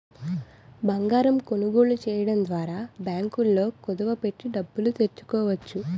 బంగారం కొనుగోలు చేయడం ద్వారా బ్యాంకుల్లో కుదువ పెట్టి డబ్బులు తెచ్చుకోవచ్చు